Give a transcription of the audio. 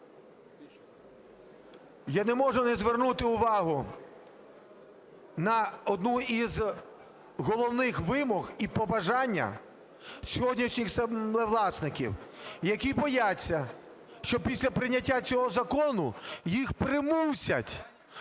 Я не можу не звернути увагу на одну з головних вимог і побажання сьогоднішніх землевласників, які бояться, що після прийняття цього закону їх примусять